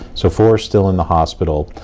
so four still in the hospital.